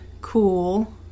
cool